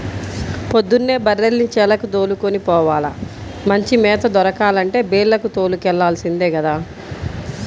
పొద్దున్నే బర్రెల్ని చేలకి దోలుకొని పోవాల, మంచి మేత దొరకాలంటే బీల్లకు తోలుకెల్లాల్సిందే గదా